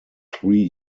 three